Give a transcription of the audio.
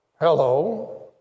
Hello